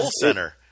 Center